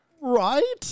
Right